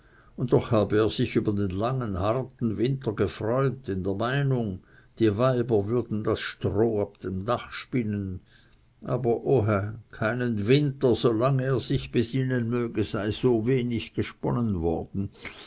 und doch habe er sich über den langen harten winter gefreut in der meinung die weiber würden das stroh ab dem dache spinnen aber ohä keinen winter so lange er sich besinnen möge sei so wenig gesponnen worden